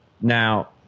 now